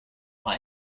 are